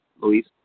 Louise